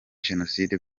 jenoside